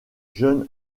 jeunes